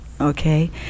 Okay